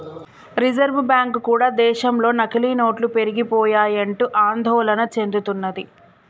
reserve bank కూడా దేశంలో నకిలీ నోట్లు పెరిగిపోయాయంటూ ఆందోళన చెందుతున్నది